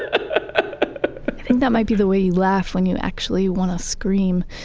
ah think that might be the way you laugh when you actually want to scream.